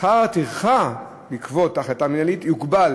שכר הטרחה בעקבות ההחלטה המינהלית יוגבל